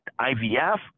IVF